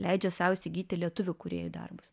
leidžia sau įsigyti lietuvių kūrėjų darbus